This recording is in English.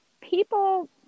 People